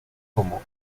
como